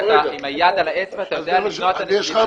עם היד על האצבע אתה יודע למנוע את הנזילה.